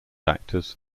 actors